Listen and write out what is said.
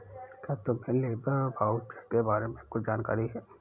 क्या तुम्हें labour voucher के बारे में कुछ जानकारी है?